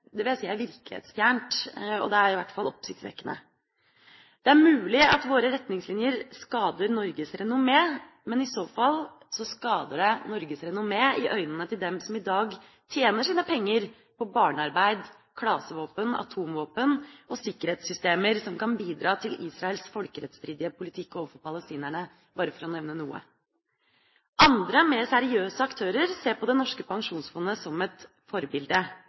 Det vil jeg si er virkelighetsfjernt – det er i hvert fall oppsiktsvekkende. Det er mulig at våre retningslinjer skader Norges renommé, men i så fall sett med øynene til dem som i dag tjener sine penger på barnearbeid, klasevåpen, atomvåpen og sikkerhetssystemer som kan bidra til Israels folkerettsstridige politikk overfor palestinerne, bare for å nevne noe. Andre mer seriøse aktører ser på det norske pensjonsfondet som et forbilde.